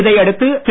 இதையடுத்து திரு